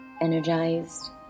energized